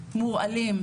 מורעלים,